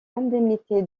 indemnité